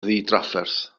ddidrafferth